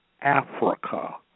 africa